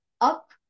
up